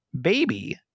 baby